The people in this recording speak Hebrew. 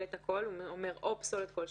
הכוונה לגללי כלבים.